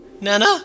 Nana